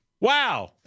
wow